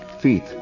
feet